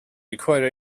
equator